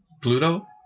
Pluto